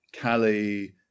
Callie